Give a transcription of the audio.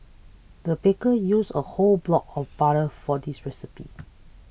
the baker used a whole block of butter for this recipe